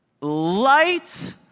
light